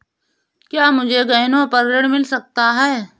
क्या मुझे गहनों पर ऋण मिल सकता है?